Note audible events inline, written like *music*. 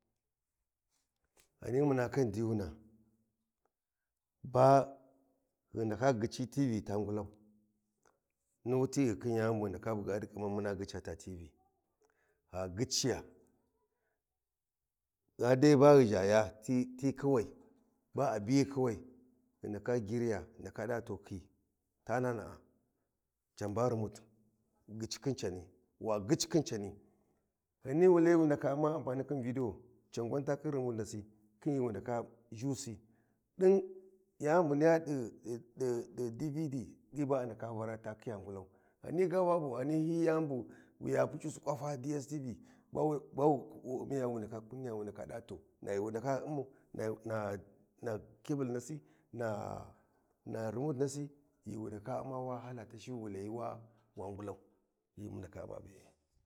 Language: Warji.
Ghani muna khin diyuna ba ghi ndaka gyici tivi ta ngulsuni wuti ghiu khin yani bu ghi ndaka buga ɗi ƙhiman mu gyca ta tivi, gha gyiciya, ghan de ba ghi ʒhaya ti ti ƙhiwai, ba a biyi chuwa ghi ndaka giriya ghu ndaka ɗa to khi tana na a can ba rumut gyici khin cani wa gyici khin cani, ghani wu laji wu ndaka Umma ampanin khin vidio can gwan ta khin remut nasi khin ghi wuka ʒhisi ɗin yani bu niyya ɗi ɗi D.V.D ɗi ba a ndaka varau ta khiya ngulau ghani ga babu ghani hyi yani bu ya PuC’usi ƙwafa D.S.T.V ba wu ummiya wu ndaka kunniya wa ɗa to na ghi kebil nasi na remut nasi ghi wu ndaka umma wa hala tashi wi wu layi wa ngulau ghi wu ndaka umma be’e. *noise*